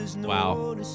wow